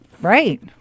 right